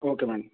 okay madam